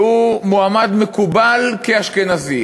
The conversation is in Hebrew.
שהוא מועמד מקובל כאשכנזי.